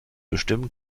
bestimmen